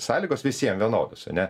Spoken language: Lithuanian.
sąlygos visiem vienodos ane